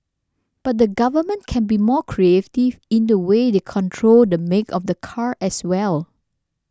but the government can be more creative in the way they control the make of the car as well